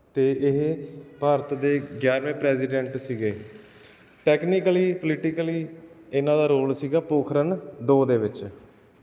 ਅਤੇ ਇਹ ਭਾਰਤ ਦੇ ਗਿਆਰਵੇਂ ਪ੍ਰੈਸੀਡੈਂਟ ਸੀਗੇ ਟੈਕਨੀਕਲੀ ਪੋਲੀਟੀਕਲੀ ਇਹਨਾਂ ਦਾ ਰੋਲ ਸੀਗਾ ਪੋਖਰਨ ਦੋ ਦੇ ਵਿੱਚ